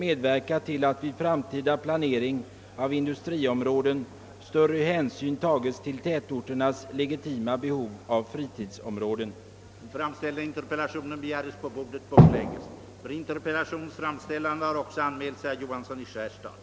Utredningen gäller snöskoters och andra liknande motordrivna fordon, som i alla eller vissa avseenden är undantagna från vägtrafikförordningen med hänsyn till att de helt eller huvudsakligen brukas annorstädes än på väg. Frågorna om fordonens beskaffenhet och utrustning, om registrering, besiktning, försäkring och krav på körkort kommer att behandlas av utredningen.